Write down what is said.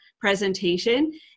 presentation